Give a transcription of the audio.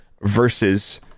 versus